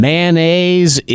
Mayonnaise